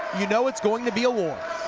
you know it's going to be a war.